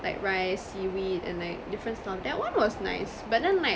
like rice seaweed and like different stuff that one was nice but then like